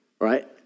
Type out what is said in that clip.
right